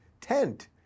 tent